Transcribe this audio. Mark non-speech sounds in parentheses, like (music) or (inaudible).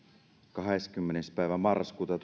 kahdeskymmenes päivä marraskuuta (unintelligible)